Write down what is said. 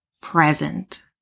present